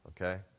Okay